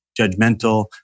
judgmental